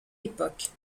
époque